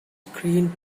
screen